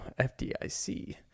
FDIC